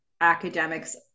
academics